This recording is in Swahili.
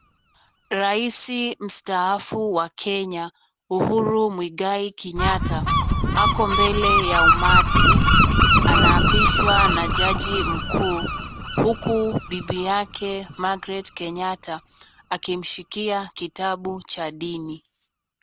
Rais mstaafu wa Kenya, Uhuru Muingai Kenyatta ako mbele ya umati, anaapishwa na jaji mkuu, huku bibi yake Margret Kenyatta akimshikia kitabu cha dini.